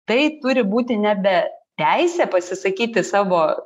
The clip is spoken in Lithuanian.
tai turi būti nebe teisė pasisakyti savo